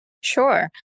Sure